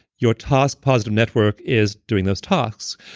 your task positive network is doing those tasks.